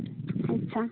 ᱟᱪᱪᱷᱟ